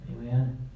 Amen